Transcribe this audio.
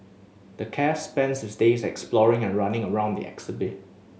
the calf spends his days exploring and running around the exhibit